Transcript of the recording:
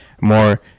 more